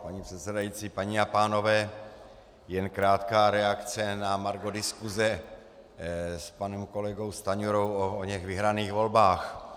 Paní předsedající, paní a pánové, jen krátká reakce na margo diskuse s panem kolegou Stanjurou o oněch vyhraných volbách.